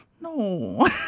no